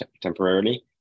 temporarily